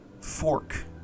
fork